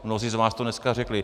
Mnozí z vás to dneska řekli.